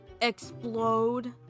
Explode